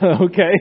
Okay